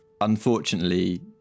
unfortunately